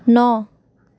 ন